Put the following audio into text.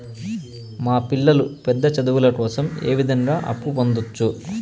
మా పిల్లలు పెద్ద చదువులు కోసం ఏ విధంగా అప్పు పొందొచ్చు?